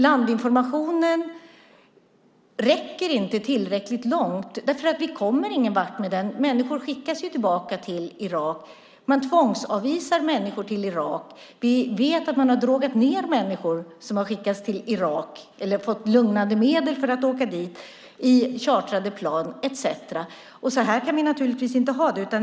Landinformationen är inte tillräcklig, och man kommer ingenvart med den. Människor skickas tillbaka till Irak, och människor tvångsavisas till Irak. Vi vet att människor har fått lugnande medel och förts till Irak i chartrade plan. Så kan vi inte ha det.